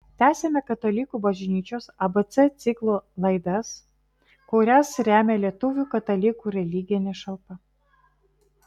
tęsiame katalikų bažnyčios abc ciklo laidas kurias remia lietuvių katalikų religinė šalpa